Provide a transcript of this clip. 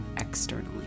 externally